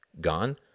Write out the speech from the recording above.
gone